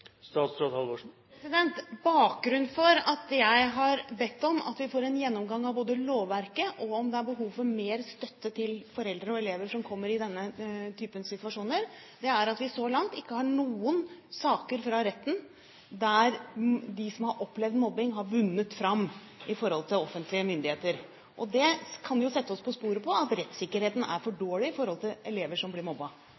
Bakgrunnen for at jeg har bedt om at vi får en gjennomgang av både lovverket og om det er behov for mer støtte til foreldre og elever som kommer i denne type situasjoner, er at vi så langt ikke har noen saker fra retten der de som har opplevd mobbing, har vunnet fram overfor offentlige myndigheter. Det kan sette oss på sporet av at rettssikkerheten er for